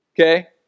Okay